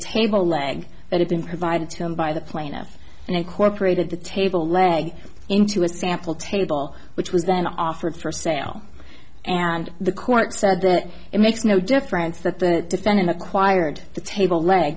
table leg that had been provided to him by the plaintiff and incorporated the table leg into a sample table which was then offered for sale and the court said that it makes no difference that the defendant acquired the table leg